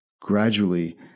Gradually